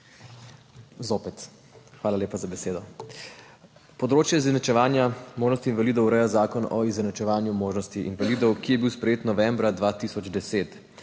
Ponovno hvala lepa za besedo. Področje izenačevanja možnosti invalidov ureja Zakon o izenačevanju možnosti invalidov, ki je bil sprejet novembra 2010.